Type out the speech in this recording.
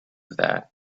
that